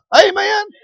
Amen